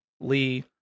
Lee